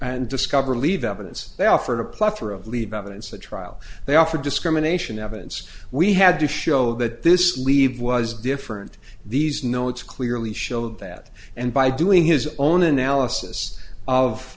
and discover leave evidence they offered a plethora of leave evidence a trial they offered discrimination evidence we had to show that this leave was different these no it's clearly showed that and by doing his own analysis of